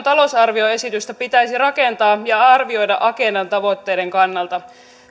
talousarvioesitystä pitäisi rakentaa ja arvioida agendan tavoitteiden kannalta